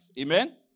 Amen